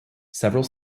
several